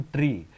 Tree